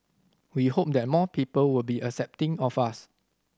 we hope that more people will be accepting of us